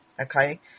okay